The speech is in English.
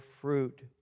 fruit